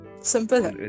Simple